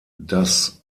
das